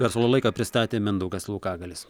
verslo laiką pristatė mindaugas laukagalis